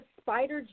spider